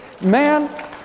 Man